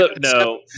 No